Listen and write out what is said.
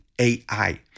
AI